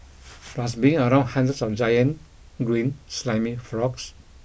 plus being around hundreds of giant green slimy frogs